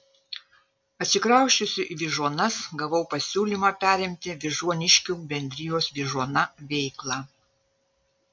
atsikrausčiusi į vyžuonas gavau pasiūlymą perimti vyžuoniškių bendrijos vyžuona veiklą